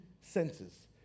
senses